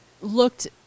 looked